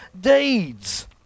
deeds